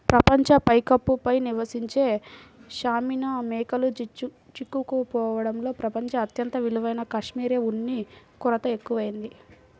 ప్రపంచ పైకప్పు పై నివసించే పాష్మినా మేకలు చిక్కుకోవడంతో ప్రపంచం అత్యంత విలువైన కష్మెరె ఉన్ని కొరత ఎక్కువయింది